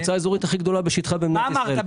המועצה האזורית הכי גדולה בשטחה במדינת ישראל.